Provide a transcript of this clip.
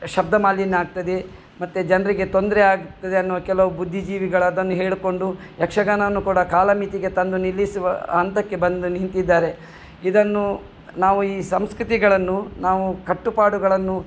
ಶಬ್ಧ ಮಾಲಿನ್ಯ ಆಗ್ತದೆ ಮತ್ತೆ ಜನರಿಗೆ ತೊಂದರೆ ಆಗ್ತದೆ ಅನ್ನೊ ಕೆಲವು ಬುದ್ದಿಜೀವಿಗಳದನ್ನು ಹೇಳಿಕೊಂಡು ಯಕ್ಷಗಾನವನ್ನು ಕೂಡ ಕಾಲಮಿತಿಗೆ ತಂದು ನಿಲ್ಲಿಸುವ ಹಂತಕ್ಕೆ ಬಂದು ನಿಂತಿದ್ದಾರೆ ಇದನ್ನು ನಾವು ಈ ಸಂಸ್ಕೃತಿಗಳನ್ನು ನಾವು ಕಟ್ಟುಪಾಡುಗಳನ್ನು